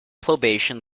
poblacion